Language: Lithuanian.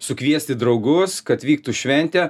sukviesti draugus kad vyktų šventė